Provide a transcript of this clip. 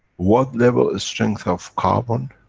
what level strength of carbon,